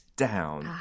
down